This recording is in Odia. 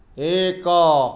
ଏକ